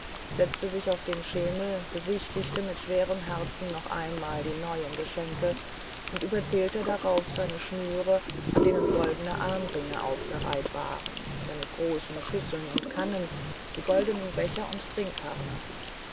setzte sich auf den schemel besichtigte mit schwerem herzen noch einmal die neuen geschenke und überzählte darauf seine schnüre an denen goldene armringe aufgereiht waren seine großen schüsseln und kannen die goldenen becher und